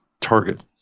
Target